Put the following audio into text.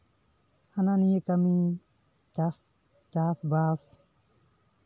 ᱦᱟᱱᱟ ᱱᱤᱭᱟᱹ ᱠᱟᱹᱢᱤ ᱪᱟᱥ ᱪᱟᱥᱼᱵᱟᱥ